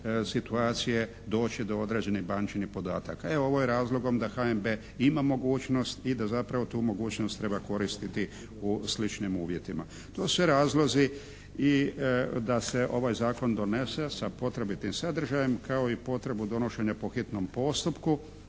situacije doći do određenih bančinih podataka. Evo ovo je razlogom da HNB ima mogućnost i da zapravo tu mogućnost treba koristiti u sličnim uvjetima. To su razlozi i da se ovaj zakon donese sa potrebitim sadržajem kao i potrebu donošenja po hitnom postupku.